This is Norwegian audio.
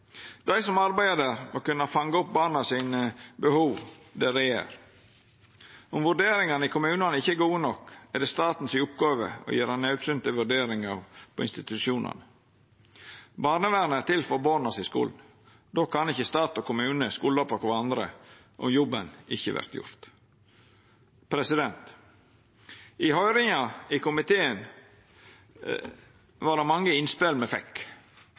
Dei som arbeider der, må kunna fanga opp behova til borna der dei er. Om vurderingane i kommunane ikkje er gode nok, er det oppgåva til staten å gjera naudsynte vurderingar på institusjonane. Barnevernet er til for borna. Då kan ikkje stat og kommune skulda på kvarandre om jobben ikkje vert gjort. I høyringa i komiteen fekk me mange innspel.